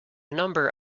number